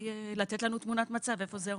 לתת לנו תמונת מצב איפה זה עומד.